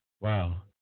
Wow